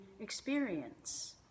experience